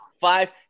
Five